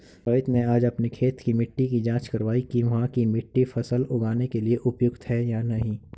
रोहित ने आज अपनी खेत की मिट्टी की जाँच कारवाई कि वहाँ की मिट्टी फसल उगाने के लिए उपयुक्त है या नहीं